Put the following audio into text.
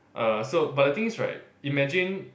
uh so but the thing is right imagine